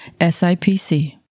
SIPC